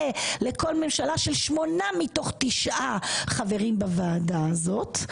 לכל ממשלה של שמונה מתוך תשעה חברים בוועדה הזאת.